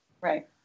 Right